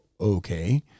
okay